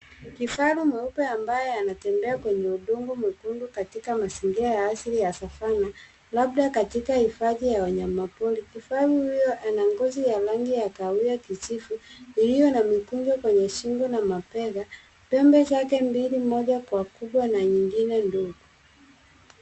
Kifaru mweupe ambaye anatembea kwenye udongo mwekundu katika mazingira ya asili ya savannah labda katika hifadhi ya wanyama pori. Kifaru huyo ana ngozi ya rangi kahawia kijivu iliyo na mikunjo kwenye shingo na mabega. Pembe zake mbili, moja kwa kubwa na nyingine ndogo.